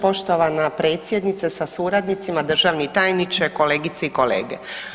Poštovana predsjednice sa suradnicima, državni tajniče, kolegice i kolege.